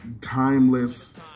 Timeless